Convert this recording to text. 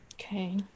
Okay